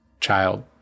child